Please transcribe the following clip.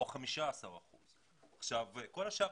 או 15%. כל השאר,